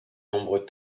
nombreux